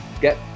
Get